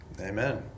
Amen